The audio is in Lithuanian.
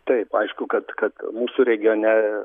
taip aišku kad kad mūsų regione